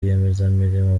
rwiyemezamirimo